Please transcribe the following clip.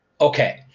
Okay